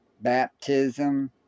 baptism